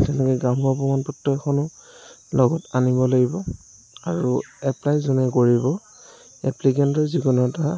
তেনেকে গাঁওবুঢ়াৰ প্ৰমাণপত্ৰ এখনো লগত আনিব লাগিব আৰু এপ্লাই যোনে কৰিব এপ্লিকেণ্টৰ যিকোনো এটা